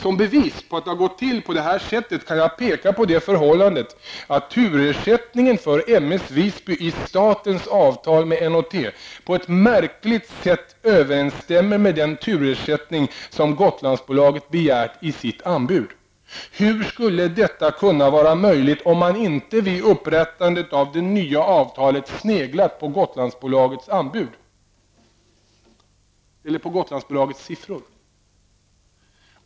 Som bevis på att det gått till på det här sättet kan jag peka på det förhållandet att turersättningen för m/s Visby i statens avtal med N & T på ett märkligt sätt överensstämmer med den turersättning som Gotlandsbolaget begärt i sitt anbud. Hur skulle detta kunna vara möjligt om man inte vid upprättandet av det nya avtalet sneglat på Gotlandsbolagets siffror?